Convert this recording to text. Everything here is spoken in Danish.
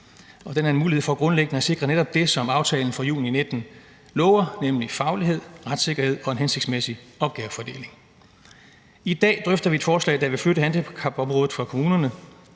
den er en mulighed for grundlæggende at sikre netop det, som aftalen fra juni 2019 lover, nemlig faglighed, retssikkerhed og en hensigtsmæssig opgavefordeling. I dag drøfter vi et forslag, der vil flytte handicapområdet fra kommunerne.